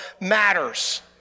matters